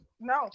No